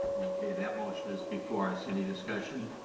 that motion is before us. any discussion?